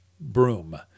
broom